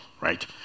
Right